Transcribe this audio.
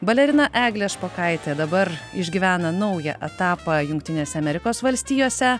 balerina eglė špokaitė dabar išgyvena naują etapą jungtinėse amerikos valstijose